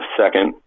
second